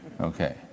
Okay